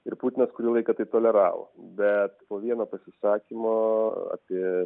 ir putinas kurį laiką tai toleravo bet po vieno pasisakymo apie